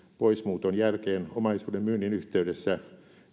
poismuuton jälkeen omaisuuden myynnin yhteydessä